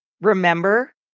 remember